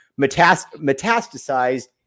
metastasized